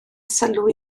sylw